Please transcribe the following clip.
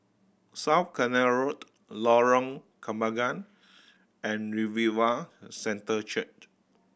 South Canal Road Lorong Kembangan and Revival Centre Church